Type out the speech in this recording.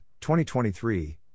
2023